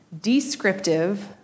descriptive